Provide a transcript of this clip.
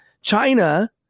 China